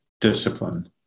discipline